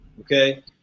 Okay